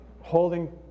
holding